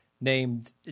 named